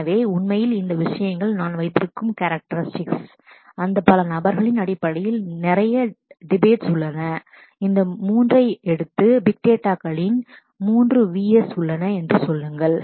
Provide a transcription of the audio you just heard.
எனவே உண்மையில் இந்த விஷயங்கள் நான் வைத்திருக்கும் கேரக்ஸ்ரிடிக்ஸ் characteristics அந்த பல நபர்களின் அடிப்படையில் நிறைய டிபேட்ஸ் debates உள்ளன இந்த 3 ஐ எடுத்து பிக் டேட்டா களின் 3 Vs உள்ளன என்று சொல்லுங்கள்